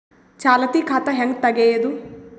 ಚಾಲತಿ ಖಾತಾ ಹೆಂಗ್ ತಗೆಯದು?